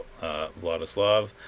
Vladislav